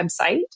website